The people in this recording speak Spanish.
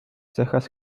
cejas